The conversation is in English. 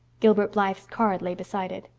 gilbert blythe's card lay beside it.